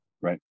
Right